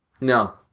No